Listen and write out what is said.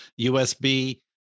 USB